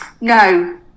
No